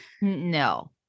No